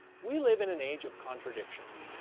we live in an age of contradictions.